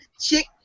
Chick